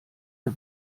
ihr